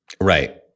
Right